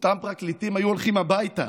אותם פרקליטים היו הולכים הביתה,